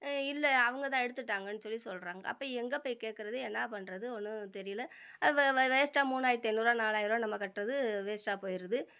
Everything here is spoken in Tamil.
இல்லை அவங்க தான் எடுத்துவிட்டாங்கன்னு சொல்லி சொல்கிறாங்க அப்போ எங்கே போய் கேட்குறது என்ன பண்ணுறது ஒன்றும் தெரியலை வே வே வேஸ்ட்டாக மூணாயிரத்தி ஐந்நூறுபா நாலாயிருபா நம்ம கட்டுறது வேஸ்ட்டாக போயிடுது